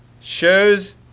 shows